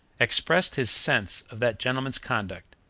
expressed his sense of that gentleman's conduct,